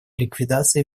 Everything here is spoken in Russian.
ликвидации